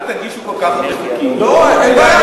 אל תגישו כל כך הרבה חוקים, לא, אין בעיה.